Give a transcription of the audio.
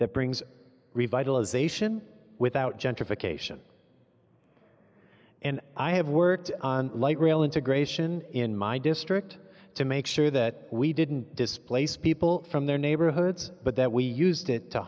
that brings revitalization without gentrification and i have worked on light rail integration in my district to make sure that we didn't displace people from their neighborhoods but that we used it to